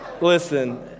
Listen